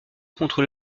contre